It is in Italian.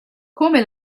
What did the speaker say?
come